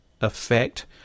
effect